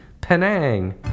penang